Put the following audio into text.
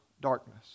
darkness